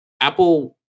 apple